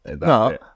no